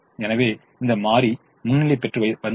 எனவே இந்த மாறி முன்னிலை பெற்று வந்திருக்கும்